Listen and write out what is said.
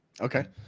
Okay